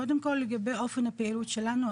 קודם כל לגבי אופן הפעילות שלנו,